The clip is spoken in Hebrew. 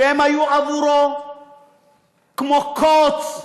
שהם היו עבורו כמו קוץ,